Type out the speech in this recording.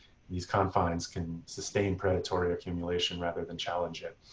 these confines can sustain predatory accumulation rather than challenge it.